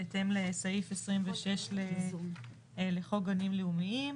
בהתאם לסעיף 26 לחוק גנים לאומיים.